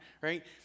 right